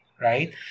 right